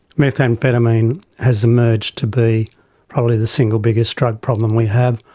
methamphetamine has emerged to be probably the single biggest drug problem we have.